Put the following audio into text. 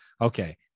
okay